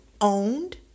owned